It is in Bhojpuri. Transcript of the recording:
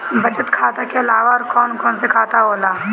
बचत खाता कि अलावा और कौन कौन सा खाता होला?